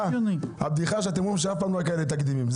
הבדיחה היא שאתם אומרים שאף פעם לא היו תקדימים כאלה.